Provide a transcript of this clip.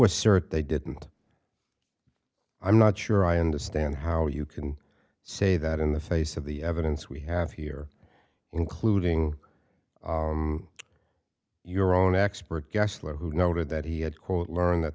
assert they didn't i'm not sure i understand how you can say that in the face of the evidence we have here including your own expert gessler who noted that he had quote learned that